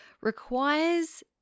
requires